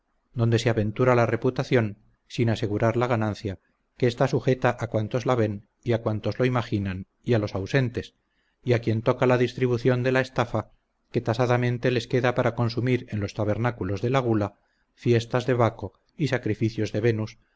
donde se aventura la reputación sin asegurar la ganancia que está sujeta a cuantos la ven y a cuantos lo imaginan y a los ausentes a quien toca la distribución de la estafa que tasadamente les queda para consumir en los tabernáculos de la gula fiestas de baco y sacrificios de venus